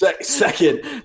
Second